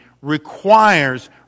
requires